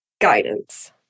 guidance